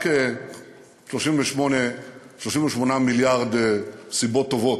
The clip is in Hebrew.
רק 38 מיליארד סיבות טובות,